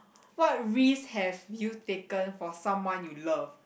what risk have you taken for someone you love